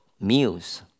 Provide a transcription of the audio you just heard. meals